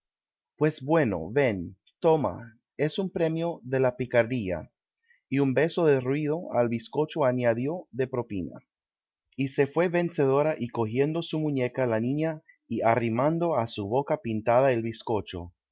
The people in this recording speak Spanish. pues bueno ven toma es en premio de la picardía y un beso de ruido al bizcocho añadió de propina y se fué vencedora y cojiendo su muñeca la niña y arrimando á su boca pintada el bizcocho